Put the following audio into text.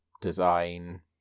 design